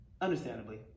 understandably